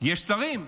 יש שרים,